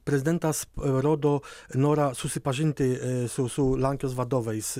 prezidentas rodo norą susipažinti su su lenkijos vadovais